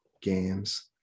games